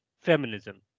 feminism